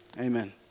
Amen